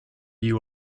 you